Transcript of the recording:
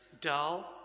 dull